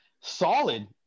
solid